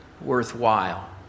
worthwhile